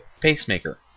pacemaker